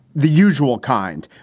the usual kind.